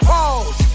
Pause